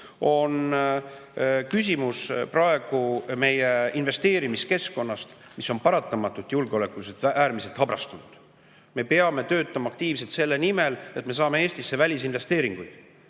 küsimus on praegu meie investeerimiskeskkonnas, mis on paratamatult julgeolekuliselt äärmiselt habrastunud. Me peame töötama aktiivselt selle nimel, et me saaks Eestisse välisinvesteeringuid.